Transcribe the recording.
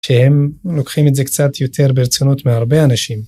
שהם לוקחים את זה קצת יותר ברצינות מהרבה אנשים.